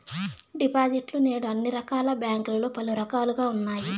డిపాజిట్లు నేడు అన్ని రకాల బ్యాంకుల్లో పలు రకాలుగా ఉన్నాయి